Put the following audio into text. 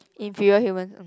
inferior human mm